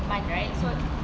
mm